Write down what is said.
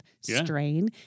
strain